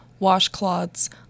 washcloths